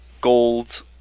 gold